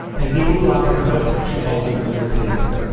and people who ask for help, should ultimately receive it,